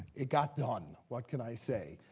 it got done. what can i say?